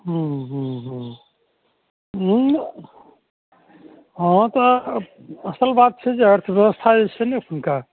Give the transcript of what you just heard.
हुँ हुँ हुँ हूँ हँ तऽ असल बात छै जे अर्थव्यवस्था जे छै ने एखुनका